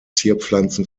zierpflanzen